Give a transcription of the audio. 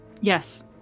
Yes